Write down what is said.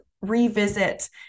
revisit